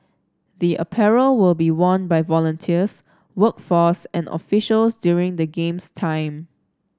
the apparel will be worn by volunteers workforce and officials during the Games time